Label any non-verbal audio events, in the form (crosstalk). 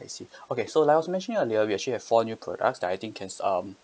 I see (breath) okay so like I was mentioning earlier we actually have four new products that I think can s~ um